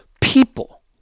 people